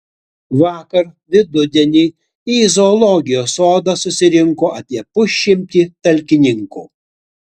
vakar vidudienį į zoologijos sodą susirinko apie pusšimtį talkininkų